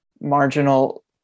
marginal